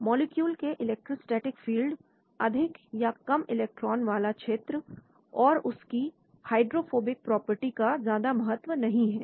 molecule के electrostatic field अधिक या कम इलेक्ट्रॉन वाला क्षेत्र और उसकी हाइड्रोफोबिक प्रॉपर्टी का ज्यादा महत्व नहीं है